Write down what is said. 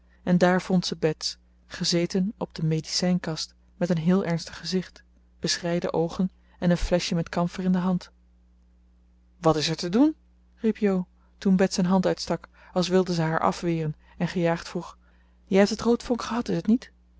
en daar vond ze bets gezeten op de medicijnkist met een heel ernstig gezicht beschreide oogen en een fleschje met kamfer in de hand wat is er te doen riep jo toen bets een hand uitstak als wilde ze haar afweren en gejaagd vroeg jij hebt het roodvonk gehad is t niet